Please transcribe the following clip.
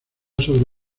sobre